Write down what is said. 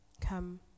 come